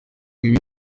ibindi